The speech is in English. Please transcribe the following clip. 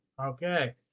okay